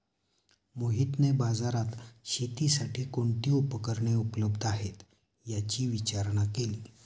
मोहितने बाजारात शेतीसाठी कोणती उपकरणे उपलब्ध आहेत, याची विचारणा केली